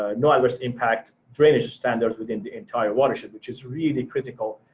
ah no adverse impact drainage standards within the entire watershed which is really critical.